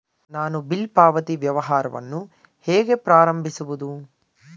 ನಾನು ಬಿಲ್ ಪಾವತಿ ವ್ಯವಹಾರವನ್ನು ಹೇಗೆ ಪ್ರಾರಂಭಿಸುವುದು?